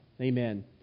Amen